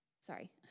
sorry